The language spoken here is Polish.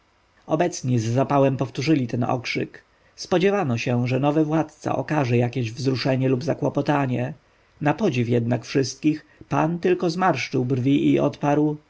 obecni z zapałem powtórzyli ten okrzyk spodziewano się że nowy władca okaże jakieś wzruszenie lub zakłopotanie napodziw jednak wszystkich pan tylko zmarszczył brwi i odparł